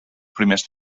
primers